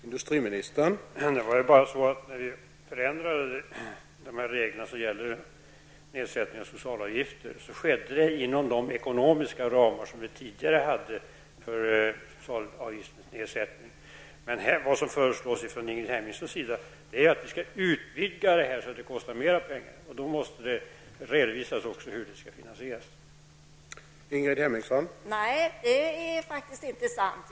Karlskronavarvet i förra veckan två stycken radiostyrda minsvepare av typ ''SAM''. Enligt samma uppgifter var leveransen avsedd för FN styrkorna i Persiska viken, något som Karlskronavarvets vd varken ville bekräfta eller dementera. Om tre månader kommer SCBs statistik över levererade krigsfartyg t.o.m. februari månad, med uppgifter om mottagarland, antal båtar och summan pengar. Min fråga är: Är utrikeshandelsministern beredd att redan nu bringa klarhet i den ovan nämnda leveransen? Sverige har beslutat om betydande insatser till de krigsdrabbade i Mellanöstern.